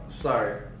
sorry